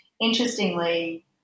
Interestingly